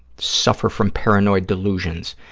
suffer from paranoid delusions,